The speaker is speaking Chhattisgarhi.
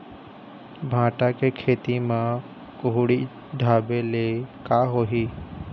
भांटा के खेती म कुहड़ी ढाबे ले का होही?